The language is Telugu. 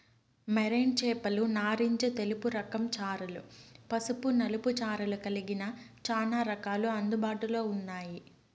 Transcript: మెరైన్ చేపలు నారింజ తెలుపు రకం చారలు, పసుపు నలుపు చారలు కలిగిన చానా రకాలు అందుబాటులో ఉన్నాయి